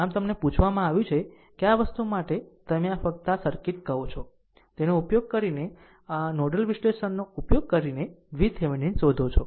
આમ તમને પૂછવામાં આવ્યું છે કે આ વસ્તુ માટે તમે ફક્ત આ સર્કિટ કહો છો તેનો ઉપયોગ કરીને નોડલ વિશ્લેષણનો ઉપયોગ કરીને VThevenin શોધો છો